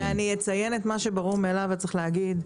אציין את מה שברור מאליו ולא צריך להגיד: